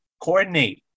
Coordinate